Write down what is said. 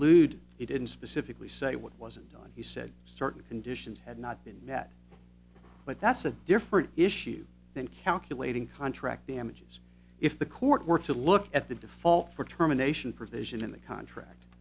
allude he didn't specifically say what wasn't done he said starkly conditions had not been met but that's a different issue than calculating contract damages if the court were to look at the default for terminations provision in the contract